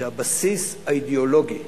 שהבסיס האידיאולוגי,